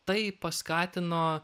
tai paskatino